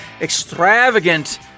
extravagant